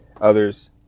others